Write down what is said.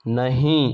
नहीं